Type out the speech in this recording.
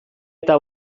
eta